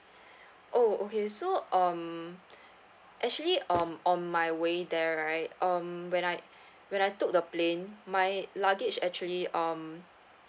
oh okay so um actually um on my way there right um when I when I took the plane my luggage actually um